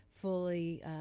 fully